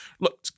look